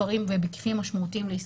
אבל אל תיקחו את זה באופן אישי.